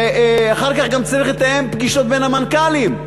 ואחר כך גם צריך לתאם פגישות בין המנכ"לים,